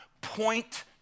point